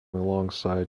alongside